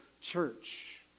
church